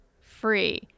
free